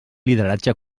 lideratge